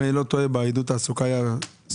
אם אני לא טועה בעידוד תעסוקה היה סדר